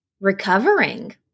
recovering